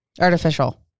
artificial